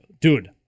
dude